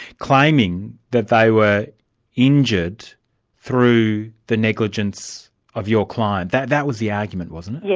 claiming that they were injured through the negligence of your client. that that was the argument, wasn't it? yeah